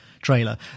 trailer